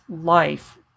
life